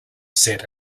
set